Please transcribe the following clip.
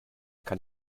kann